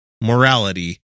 morality